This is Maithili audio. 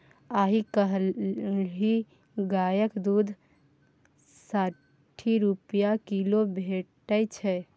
आइ काल्हि गायक दुध साठि रुपा किलो भेटै छै